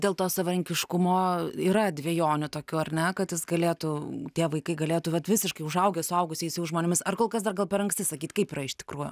dėl to savarankiškumo yra dvejonių tokių ar ne kad jis galėtų tie vaikai galėtų vat visiškai užaugę suaugusiais jau žmonėmis ar kol kas dar gal per anksti sakyt kaip yra iš tikrųjų